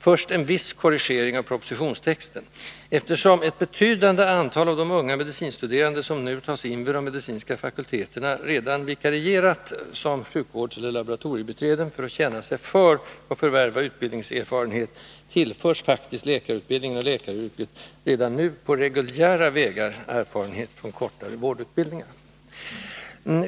Först en viss korrigering av propositionstexten: Eftersom en betydande andel av de unga medicinstuderande, som nu tas in vid de medicinska fakulteterna, redan vikarierat som sjukvårdseller laboratoriebiträden för att känna sig för och förvärva utbildningserfarenhet, tillförs faktiskt läkarutbildningen och läkaryrket redan nu på reguljära vägar ”erfarenhet från kortare vårdutbildningar”.